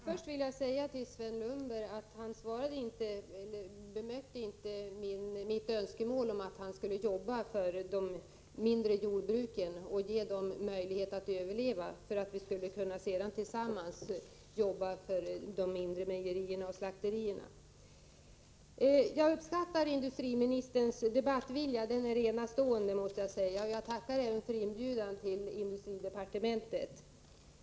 Herr talman! Först vill jag till Sven Lundberg säga att han inte bemötte mitt önskemål om att han skulle jobba för de mindre jordbruken och ge dem möjlighet att överleva. Därefter skulle vi tillsammans kunna jobba för de mindre mejerierna och slakterierna. Jag har uppskattat industriministerns debattvilja. Jag måste säga att den är enastående. Jag vill också tacka för inbjudan att komma till industridepartementet.